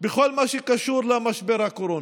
בכל מה שקשור למשבר הקורונה.